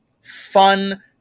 fun